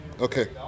okay